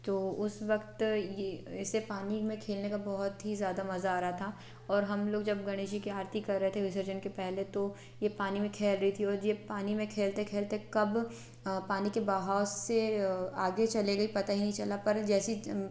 तो उस वक़्त ये ऐसे पानी में खेलने का बहुत ही ज़्यादा मज़ा आ रहा था और हम लोग जब गणेश जी की आरती कर रहे थे विसर्जन के पहले तो ये पानी में खेल रही थी और जे पानी में खेलते खेलते कब पानी के बहाव से आगे चले गई पता ही नहीं चला पर जैसी